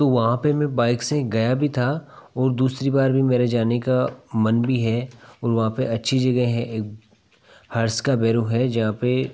तो वहाँ पे मैं बाइक से गया भी था और दूसरी बार भी मेरे जाने का मन भी है ओर वहाँ पर अच्छी जगह है एक हर्ष का बेरु है जहाँ पर